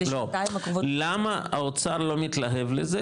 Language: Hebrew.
למה האוצר לא מתלהב מזה,